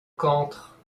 qu’entre